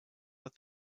that